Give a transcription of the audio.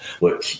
look